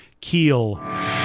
Keel